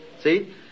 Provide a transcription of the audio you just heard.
See